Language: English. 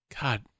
God